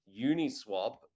Uniswap